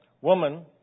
Woman